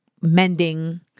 mending